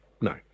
no